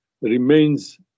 remains